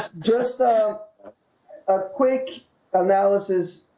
just ah a quick analysis